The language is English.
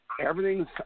everything's